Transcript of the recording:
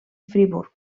friburg